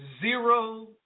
zero